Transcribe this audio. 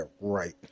right